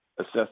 assess